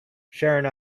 sharing